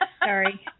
Sorry